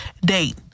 date